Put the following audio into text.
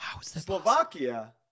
Slovakia